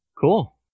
cool